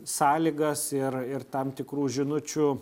sąlygas ir ir tam tikrų žinučių